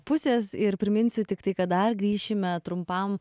pusės ir priminsiu tiktai kad dar grįšime trumpam